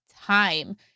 time